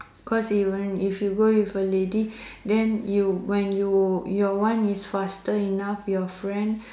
cause even if you go with a lady then you when you your one is faster enough your friend